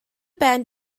ben